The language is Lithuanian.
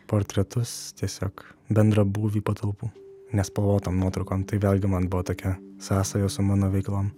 portretus tiesiog bendrą būvį patalpų nespalvotom nuotraukom tai vėlgi man buvo tokia sąsaja su mano veiklom